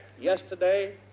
yesterday